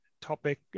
Topic